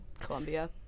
Colombia